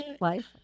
life